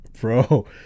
bro